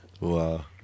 Wow